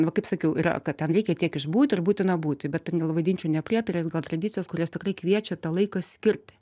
va kaip sakiau yra kad ten reikia tiek išbūti ir būtina būti bet ten gal vadinčiau ne prietarais gal tradicijos kurios tikrai kviečia tą laiką skirti